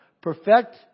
perfect